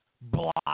block